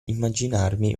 immaginarmi